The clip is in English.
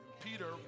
Peter